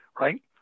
right